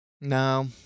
No